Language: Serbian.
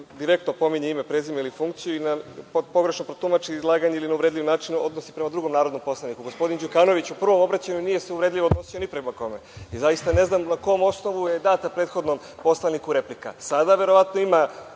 direktno pominje ime, prezime ili funkciju, pogrešno protumači izlaganje ili se na uvredljiv način odnosi prema drugom narodnom poslaniku. Gospodin Đukanović se u prvom obraćanju nije uvredljivo odnosio ni prema kome i zaista ne znam po kom osnovu je data prethodnom poslaniku replika?